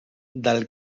del